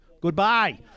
goodbye